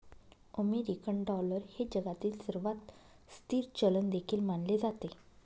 American dollar हे जगातील सर्वात स्थिर चलन देखील मानले जाते